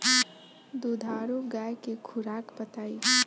दुधारू गाय के खुराक बताई?